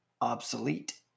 obsolete